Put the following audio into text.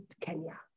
Kenya